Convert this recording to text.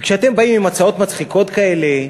וכשאתם באים עם הצעות מצחיקות כאלה,